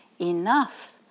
Enough